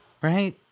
Right